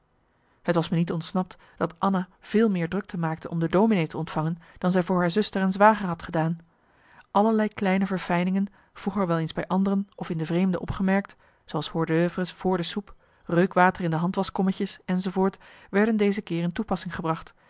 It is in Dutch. het was me niet ontsnapt dat anna veel meer drukte maakte om de dominee te ontvangen dan zij voor haar zuster en zwager had gedaan allerlei kleine verfijningen vroeger wel eens bij anderen of marcellus emants een nagelaten bekentenis in de vreemde opgemerkt zooals hors d'oeuvres vr de soep reukwater in de hand was kommetjes enz werden deze keer in toepassing gebracht